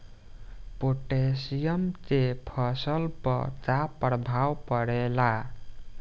Potassium के फसल पर का प्रभाव पड़ेला?